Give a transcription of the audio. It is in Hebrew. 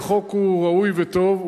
החוק הוא ראוי וטוב.